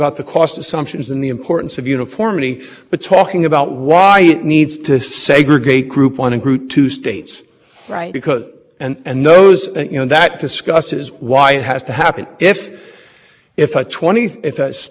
court's opinion but just focusing on the as applied that because of the factual matrix that you have pointed out these are matters that the agency has to take into account and a